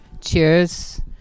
Cheers